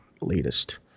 Latest